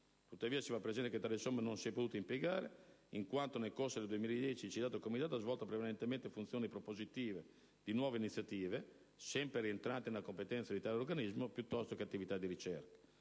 Tuttavia, si fa presente che tale somma non si è potuta impiegare, in quanto nel corso del 2010 il Comitato ha svolto prevalentemente funzioni propositive di nuove iniziative, sempre rientranti nell'ambito di competenza, piuttosto che attività di ricerca.